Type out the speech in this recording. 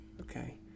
Okay